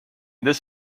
this